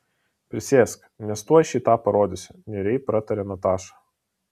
prisėsk nes tuoj šį tą parodysiu niūriai pratarė nataša